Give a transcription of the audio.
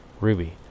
Ruby